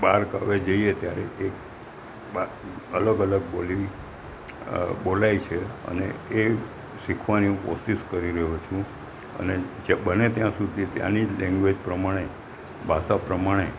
બાર ગાંવ જઈએ ત્યારે એક બા અલગ અલગ બોલી બોલાય છે અને એ શીખવાની હું કોશિશ કરી રહ્યો છું અને જે બને ત્યાં સુધી ત્યાંની લેન્ગવેન્જ પ્રમાણે ભાષા પ્રમાણે